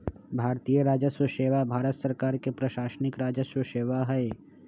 भारतीय राजस्व सेवा भारत सरकार के प्रशासनिक राजस्व सेवा हइ